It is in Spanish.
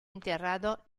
enterrado